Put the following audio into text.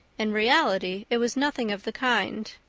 in reality it was nothing of the kind.